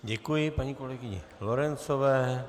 Děkuji paní kolegyni Lorencové.